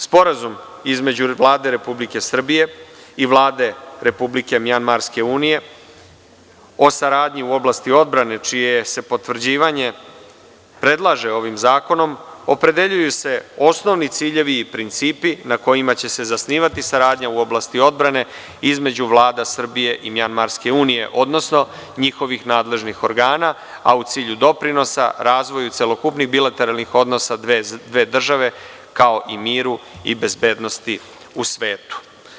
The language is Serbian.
Sporazumom između Vlade Republike Srbije i Vlade Republike Mjanmarske Unije o saradnji u oblasti odbrane, čije se potvrđivanje predlaže ovim zakonom, opredeljuju se osnovni ciljevi i principi na kojima će se zasnivati saradnja u oblasti odbrane između vlada Srbije i Mjanmarske Unije, odnosno njihovih nadležnih organa, a u cilju doprinosa razvoju celokupnih bilateralnih odnosa dve države, kao i miru i bezbednosti u svetu.